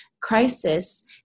crisis